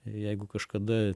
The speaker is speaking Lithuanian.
jeigu kažkada